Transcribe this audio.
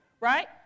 right